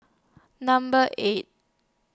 Number eight